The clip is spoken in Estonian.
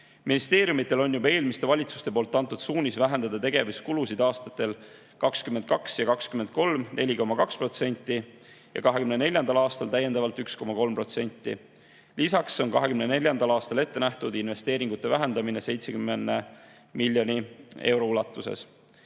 Ministeeriumidele on juba eelmised valitsused andnud suunise vähendada tegevuskulusid 2022. ja 2023. aastal 4,2% ning 2024. aastal täiendavalt 1,3%. Lisaks on 2024. aastal ette nähtud investeeringute vähendamine 70 miljoni euro ulatuses.